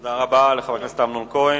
תודה רבה לחבר הכנסת אמנון כהן.